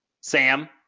Sam